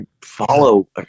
follow